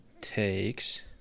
takes